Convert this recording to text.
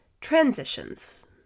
Transitions